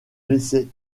laisser